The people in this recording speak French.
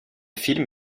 film